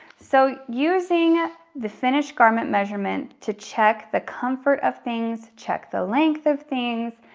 so using the finished garment measurement to check the comfort of things, check the length of things,